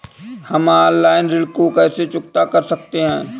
हम ऑनलाइन ऋण को कैसे चुकता कर सकते हैं?